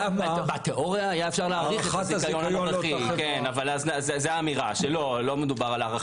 --- בתיאוריה היה אפשר להאריך את הזיכיון אבל לא מדובר על הארכת